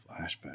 Flashback